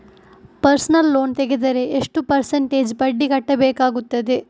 Personal loan ತೆಗೆದರೆ ಎಷ್ಟು percentage ಬಡ್ಡಿ ಕಟ್ಟಬೇಕಾಗುತ್ತದೆ?